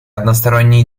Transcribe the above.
односторонние